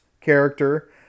character